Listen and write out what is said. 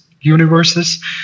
universes